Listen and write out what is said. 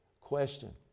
Question